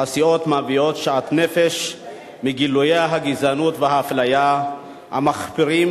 הסיעות מביעות שאט-נפש מגילויי הגזענות והאפליה המחפירים